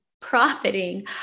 profiting